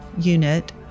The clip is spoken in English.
unit